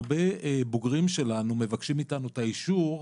הרבה בוגרים שלנו מבקשים מאיתנו את האישור,